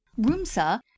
Rumsa